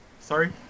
Sorry